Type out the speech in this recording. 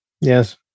Yes